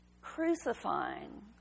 crucifying